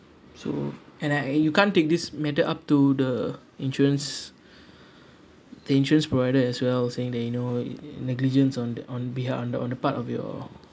so and I uh you can't take this matter up to the insurance the insurance provider as well saying that you know negligence on t~ on behalf on the on the part of your